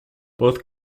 both